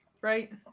right